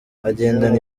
agendana